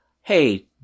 hey